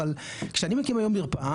אבל כשאני מקים היום מרפאה,